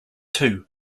too